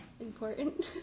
important